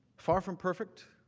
far from perfect.